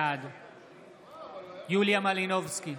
בעד יוליה מלינובסקי,